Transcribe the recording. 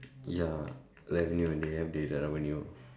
ya revenue revenue